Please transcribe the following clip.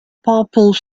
purple